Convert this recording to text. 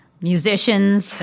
Musicians